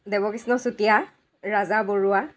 Debkrishna Chutia Raja Barua